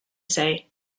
say